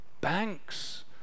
Banks